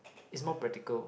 is more practical